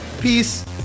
peace